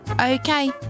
Okay